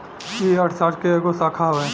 ई अर्थशास्त्र के एगो शाखा हवे